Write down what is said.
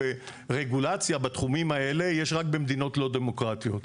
רגולציה בתחומים האלה יש רק במדינות לא דמוקרטיות.